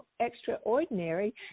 extraordinary